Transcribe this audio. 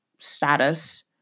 status